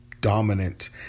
dominant